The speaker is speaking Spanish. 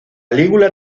lígula